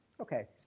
Okay